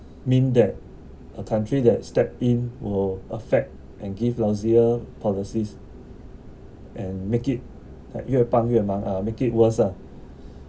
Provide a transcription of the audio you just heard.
means that a country that step in will affect and give lousier policies and make it like 越帮越忙 ah like make it worse ah